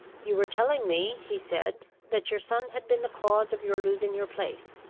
you were telling me, he said, that your son had been the cause of your losing your place.